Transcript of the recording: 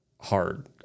hard